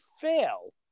fail